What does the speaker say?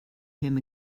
him